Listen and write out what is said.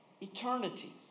eternity